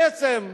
בעצם,